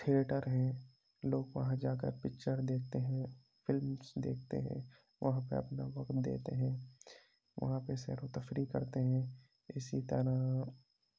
theatre ہیں لوگ وہاں جاکر پکچر دیکھتے ہیں فلمز دیکھتے ہیں وہاں پہ اپنا وقت دیتے ہیں وہاں پہ سیرو تفریح کرتے ہیں اسی طرح